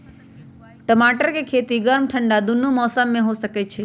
टमाटर के खेती गर्म ठंडा दूनो मौसम में हो सकै छइ